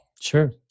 Sure